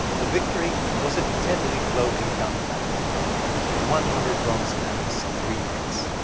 the victory was a deadly floating gun platform with one hundred bronze cannons on three decks.